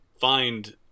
find